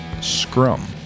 scrum